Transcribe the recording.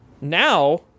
Now